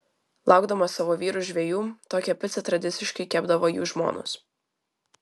laukdamos savo vyrų žvejų tokią picą tradiciškai kepdavo jų žmonos